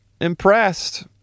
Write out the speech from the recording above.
impressed